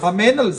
אמן על זה.